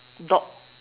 dog